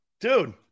Dude